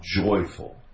joyful